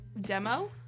demo